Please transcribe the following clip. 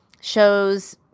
shows